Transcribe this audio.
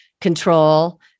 control